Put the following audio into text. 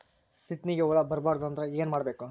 ಸೀತ್ನಿಗೆ ಹುಳ ಬರ್ಬಾರ್ದು ಅಂದ್ರ ಏನ್ ಮಾಡಬೇಕು?